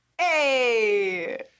Hey